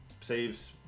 saves